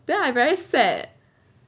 then I very sad